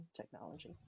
technology